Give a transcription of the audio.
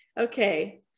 okay